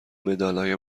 مدلای